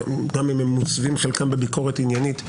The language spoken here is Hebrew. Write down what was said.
גם אם הם מוסווים חלקם בביקורת עניינית,